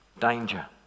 danger